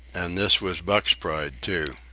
and this was buck's pride, too.